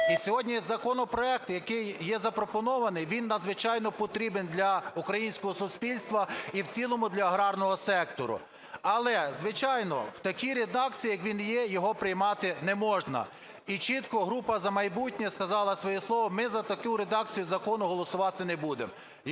І сьогодні законопроект, який є запропонований, він надзвичайно потрібний для українського суспільства і в цілому для аграрного сектору. Але, звичайно, в такій редакції, як він є, його приймати не можна. І чітко група "За майбутнє" сказала своє слово: ми за таку редакцію закону голосувати не будемо.